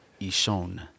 ishon